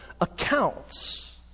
accounts